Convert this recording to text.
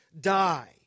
die